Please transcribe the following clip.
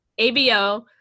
ABO